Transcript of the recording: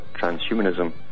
transhumanism